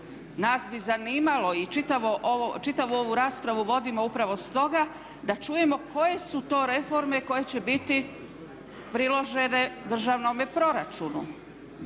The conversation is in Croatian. Nas bi zanimalo i čitavu ovu raspravu vodimo upravo stoga da čujemo koje su to reforme koje će biti priložene državnome proračunu,